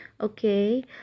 okay